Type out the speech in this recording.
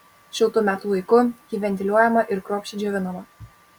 šiltu metų laiku ji ventiliuojama ir kruopščiai džiovinama